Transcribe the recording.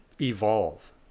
evolve